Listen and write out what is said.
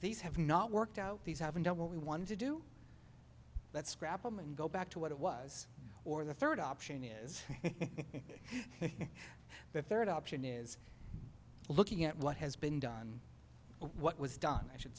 these have not worked out these haven't done what we want to do let's scrap them and go back to what it was or the third option is the third option is looking at what has been done what was done i should